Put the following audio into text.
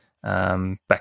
Back